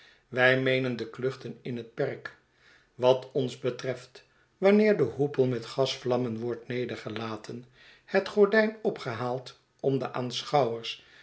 wij meenen de kluchten in het perk wat ons betreft wanneer de hoepel met gasvlammen wordt nedergelaten het gordijn opgehaald om de aanschouwers